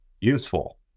useful